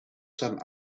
some